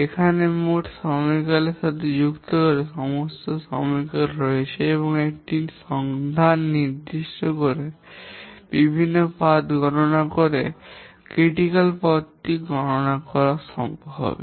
এখানে মোট সময়কাল যুক্ত করে এবং সর্বোচ্চ সময়কাল রয়েছে এমন একটি সন্ধান করে এখানে বিভিন্ন পাথ দেখে গণনা করে সমালোচনামূলক পথটি গণনা করা সম্ভব হবে